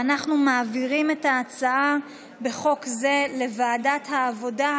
ואנחנו מעבירים את הצעת החוק הזאת לוועדת העבודה,